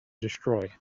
destroy